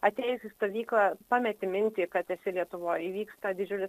atėjus į stovyklą pameti mintį kad esi lietuvoj įvyksta didžiulis